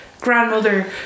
grandmother